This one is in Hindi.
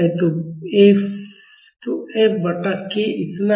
तो F बटा k इतना है